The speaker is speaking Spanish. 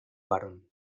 barón